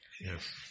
Yes